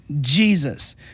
Jesus